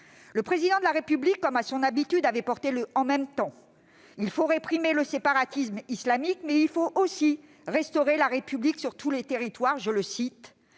Le Président de la République, comme à son habitude, avait prôné le « en même temps »: il faut réprimer le séparatisme islamique, mais il faut aussi restaurer la République sur tout le territoire. Je le cite